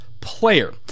player